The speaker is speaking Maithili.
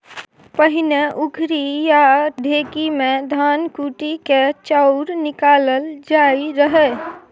पहिने उखरि या ढेकी मे धान कुटि कए चाउर निकालल जाइ रहय